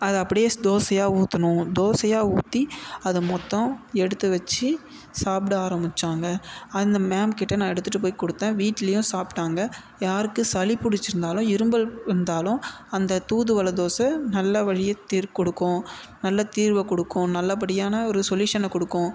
அதை அப்படியே ஸ் தோசையாக ஊற்றணும் தோசையாக ஊற்றி அதை மொத்தம் எடுத்து வெச்சி சாப்பிட ஆரம்பிச்சாங்க அந்த மேம் கிட்டே நான் எடுத்துட்டு போய் கொடுத்தேன் வீட்லேயும் சாப்பிட்டாங்க யாருக்கு சளி பிடிச்சிருந்தாலும் இரும்மல் வந்தாலும் அந்த தூதுவளை தோசை நல்ல வழியை தீர்வு கொடுக்கும் நல்ல தீர்வை கொடுக்கும் நல்லபடியான ஒரு சொல்யூஷனை கொடுக்கும்